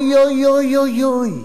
אוי אוי אוי אוי אוי.